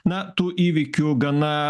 na tų įvykių gana